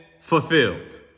fulfilled